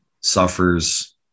suffers